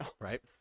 Right